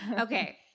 Okay